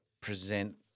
present